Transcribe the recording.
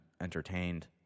entertained